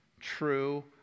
true